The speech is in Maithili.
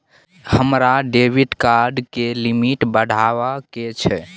हमरा डेबिट कार्ड के लिमिट बढावा के छै